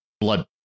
blood